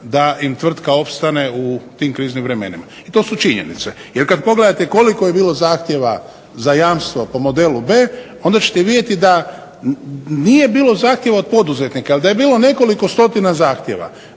da im tvrtka opstane u tim kriznim vremenima. To su činjenice. Jer kada pogledate koliko je bilo zahtjeva za jamstvo po modelu B, onda ćete vidjeti da nije bilo zahtjeva od poduzetnika, ali da je bilo nekoliko stotina zahtjeva,